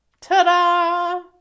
Ta-da